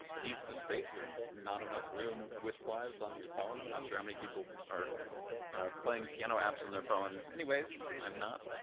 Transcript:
needs the space. there's not enough room width-wise on your phone. i'm not sure how many people are playing piano apps on their phones anyways. i'm not.